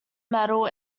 medal